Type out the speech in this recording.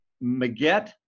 Maget